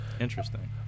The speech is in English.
Interesting